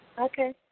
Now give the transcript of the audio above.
Okay